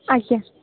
ଆଜ୍ଞା